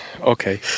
Okay